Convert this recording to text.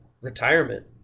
retirement